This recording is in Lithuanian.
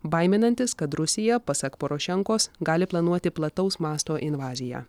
baiminantis kad rusija pasak porošenkos gali planuoti plataus masto invaziją